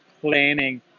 planning